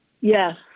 Yes